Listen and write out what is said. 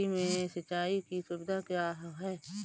खेती में सिंचाई की सुविधा क्या है?